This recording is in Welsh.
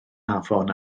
afon